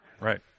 Right